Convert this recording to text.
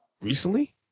Recently